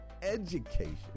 education